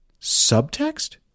subtext